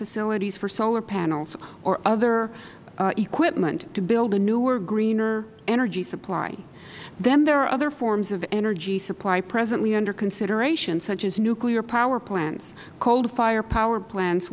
facilities for solar panels or other equipment to build a newer greener energy supply then there are other forms of energy supply presently under consideration such as nuclear power plants coal fired power plants